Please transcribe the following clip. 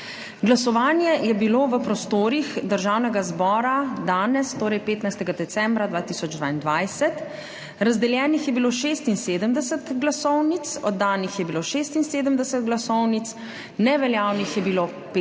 Glasovanje je bilo v prostorih Državnega zbora danes, torej 15. decembra 2022. Razdeljenih je bilo 76 glasovnic, oddanih je bilo 76 glasovnic, neveljavnih je bilo 15